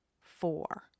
four